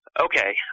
Okay